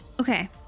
Okay